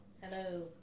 Hello